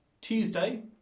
tuesday